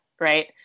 right